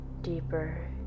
deeper